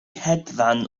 hedfan